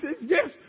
Yes